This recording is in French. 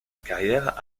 carrière